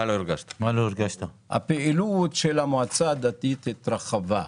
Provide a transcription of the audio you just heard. מה לא הרגשת הפעילות של המועצה הדתית התרחבה.